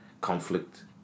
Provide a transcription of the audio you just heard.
conflict